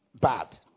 Bad